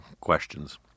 questions